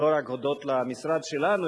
לא רק הודות למשרד שלנו,